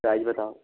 price बताओ